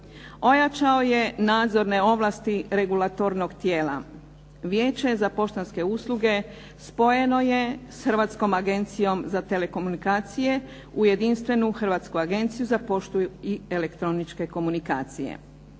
ojačao je nadzorne ovlasti regulatornog tijela. Vijeće za poštanske usluge spojeno je sa Hrvatskom agencijom za telekomunikacije u jedinstvenu Hrvatsku agenciju za poštu i elektroničke komunikacije.